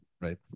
right